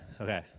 Okay